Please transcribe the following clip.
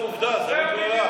הנטל לא הוטל עליך.